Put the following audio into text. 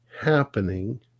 happening